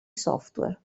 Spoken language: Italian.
software